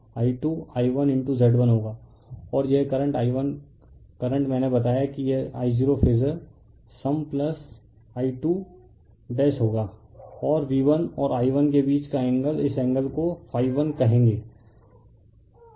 और यह current I1 current मैंने बताया कि यह I0 फेजर सम I2 होगा और V1 और I1 के बीच का एंगल इस एंगल को 1 कहेगे है